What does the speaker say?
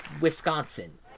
Wisconsin